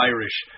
Irish